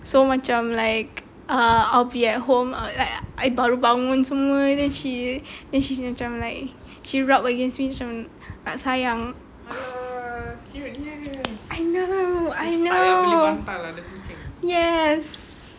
so macam like ah I'll be at home like I baru bangun semua and then she and then she macam like she rub against me macam nak sayang I know I know yes